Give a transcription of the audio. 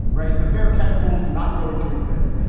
right. the fair catch rule is not going to exist.